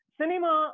cinema